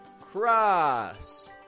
Cross